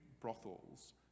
brothels